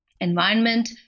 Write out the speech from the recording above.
environment